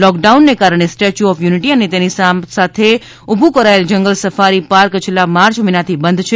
લોકડાઉનને કારણે Statue of Unity અને તેની સાથે ઉભું કરાયેલ જંગલ સફારી પાર્ક છેલ્લા માર્ચ મહિનાથી બંધ છે